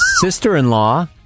sister-in-law